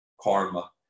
Karma